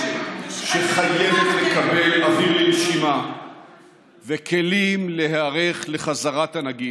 שחייבת לקבל אוויר לנשימה וכלים להיערך לחזרת הנגיף,